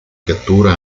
cattura